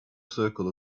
circle